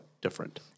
different